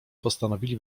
postanowili